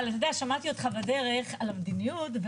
אבל שמעתי אותך בדרך על המדיניות,